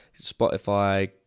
Spotify